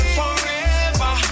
forever